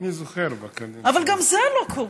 אני זוכר, אבל גם זה לא קורה.